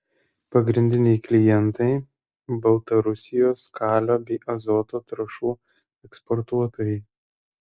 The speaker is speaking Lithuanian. pagrindiniai klientai baltarusijos kalio bei azoto trąšų eksportuotojai